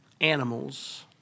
animals